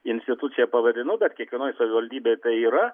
instituciją pavadinau bet kiekvienoj savivaldybėj tai yra